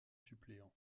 suppléants